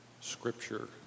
scripture